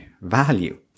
value